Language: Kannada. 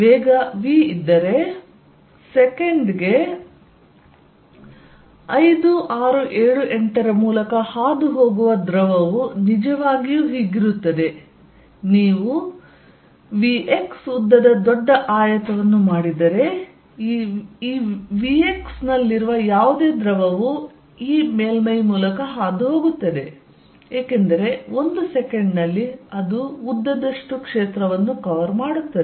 ವೇಗ v ಇದ್ದರೆ ಸೆಕೆಂಡ್ ಗೆ 5 6 7 8 ರ ಮೂಲಕ ಹಾದುಹೋಗುವ ದ್ರವವು ನಿಜವಾಗಿಯೂ ಹೀಗಿರುತ್ತದೆ ನೀವು vx ಉದ್ದದ ದೊಡ್ಡ ಆಯತವನ್ನು ಮಾಡಿದರೆ ಈ vx ನಲ್ಲಿರುವ ಯಾವುದೇ ದ್ರವವು ಈ ಮೇಲ್ಮೈ ಮೂಲಕ ಹಾದುಹೋಗುತ್ತದೆ ಏಕೆಂದರೆ ಒಂದು ಸೆಕೆಂಡ್ ನಲ್ಲಿ ಅದು ಉದ್ದದಷ್ಟು ಕ್ಷೇತ್ರವನ್ನು ಕವರ್ ಮಾಡುತ್ತದೆ